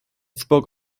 spoke